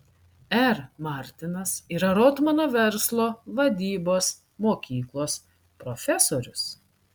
r martinas yra rotmano verslo vadybos mokyklos profesorius